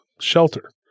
shelter